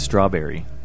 Strawberry